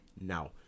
Now